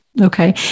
Okay